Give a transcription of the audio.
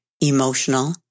emotional